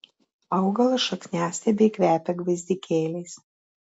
augalo šakniastiebiai kvepia gvazdikėliais